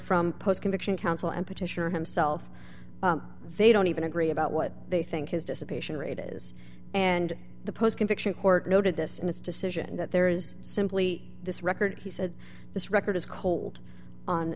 from post conviction counsel and petitioner himself they don't even agree about what they think is just a patient rate is and the post conviction court noted this in his decision that there is simply this record he said this record is cold on